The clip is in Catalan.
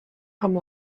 amb